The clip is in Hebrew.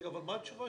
רגע, אבל מה התשובה?